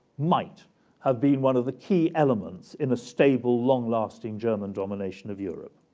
might have been one of the key elements in a stable, long-lasting german domination of europe.